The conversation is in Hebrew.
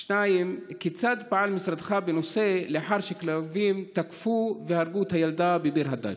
2. כיצד פעל משרדך בנושא לאחר שהכלבים תקפו והרגו את הילדה בביר הדאג'?